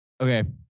Okay